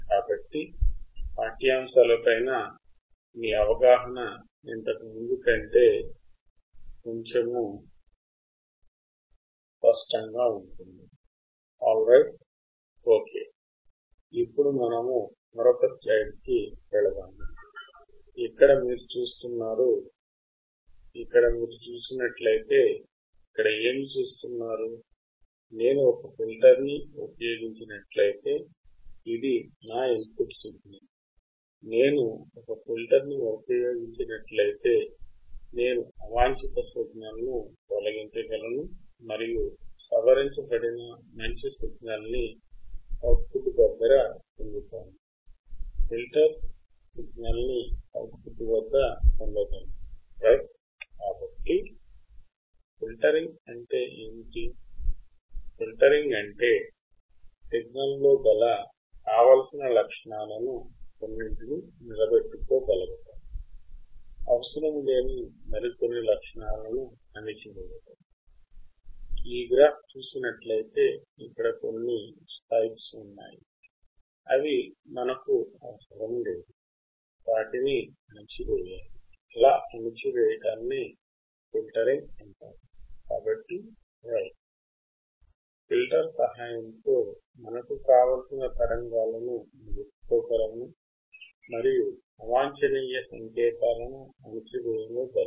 కాబట్టి ఫిల్టర్ సహాయం తో మనకు కావాల్సిన తరంగాలను నిలుపుకోగలము మరియు అవాంఛనీయ సంకేతాలను అణచివేయనూగలము